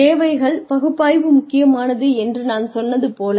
தேவைகள் பகுப்பாய்வு முக்கியமானது என்று நான் சொன்னது போல